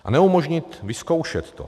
A neumožnit vyzkoušet to?